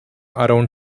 around